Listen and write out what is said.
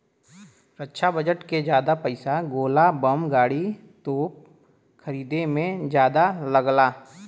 रक्षा budget के जादा पइसा गोला बम गाड़ी, तोप खरीदे में जादा लगला